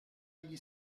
agli